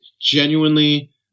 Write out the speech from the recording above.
Genuinely